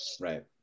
Right